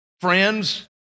Friends